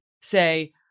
say